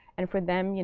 and for them, you know